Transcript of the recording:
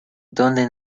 donde